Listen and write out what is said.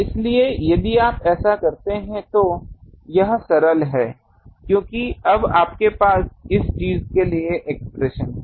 इसलिए यदि आप ऐसा करते हैं तो यह सरल है क्योंकि अब आपके पास इस चीज के लिए एक्सप्रेशन है